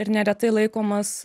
ir neretai laikomas